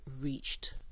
reached